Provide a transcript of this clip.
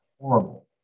horrible